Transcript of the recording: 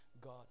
God